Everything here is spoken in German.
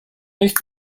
nicht